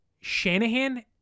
Shanahan